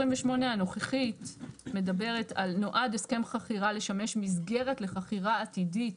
28 הנוכחית מדברת על נועד הסכם חכירה לשמש מסגרת לחכירה עתידית.